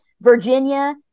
Virginia